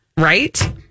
Right